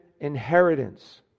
inheritance